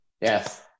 Yes